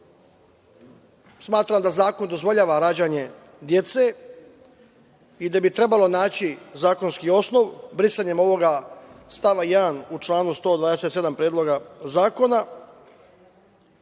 Smatram zakon dozvoljava rađanje dece i da bi trebalo naći zakonski osnov brisanjem ovog stava 1. u članu 127. Predloga zakona,